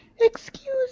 Excuse